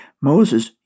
Moses